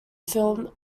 film